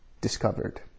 discovered